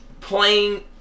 playing